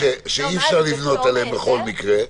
-- שאי-אפשר לבנות עליהם בכל מקרה.